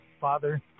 Father